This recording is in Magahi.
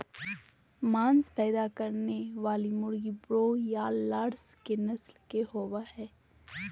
मांस पैदा करने वाली मुर्गी ब्रोआयालर्स नस्ल के होबे हइ